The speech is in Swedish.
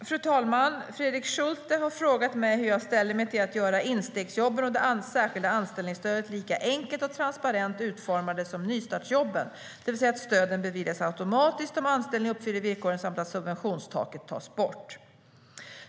Fru talman! Fredrik Schulte har frågat mig hur jag ställer mig till att göra instegsjobben och det särskilda anställningsstödet lika enkelt och transparent utformade som nystartsjobben, det vill säga att stöden beviljas automatiskt om anställningen uppfyller villkoren samt att subventionstaket tas bort.